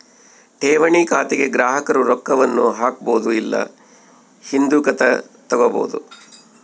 ಠೇವಣಿ ಖಾತೆಗ ಗ್ರಾಹಕರು ರೊಕ್ಕವನ್ನ ಹಾಕ್ಬೊದು ಇಲ್ಲ ಹಿಂದುಕತಗಬೊದು